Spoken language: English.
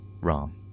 Wrong